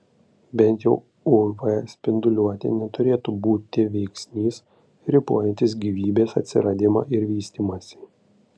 bent jau uv spinduliuotė neturėtų būti veiksnys ribojantis gyvybės atsiradimą ir vystymąsi